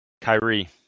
Kyrie